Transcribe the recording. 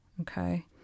Okay